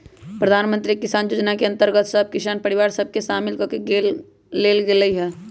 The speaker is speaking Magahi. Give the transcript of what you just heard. प्रधानमंत्री किसान जोजना के अंतर्गत सभ किसान परिवार सभ के सामिल क् लेल गेलइ ह